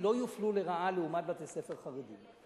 לא יופלו לרעה לעומת בתי-ספר חרדיים.